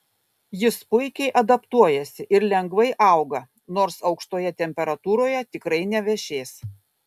jis puikiai adaptuojasi ir lengvai auga nors aukštoje temperatūroje tikrai nevešės